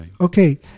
okay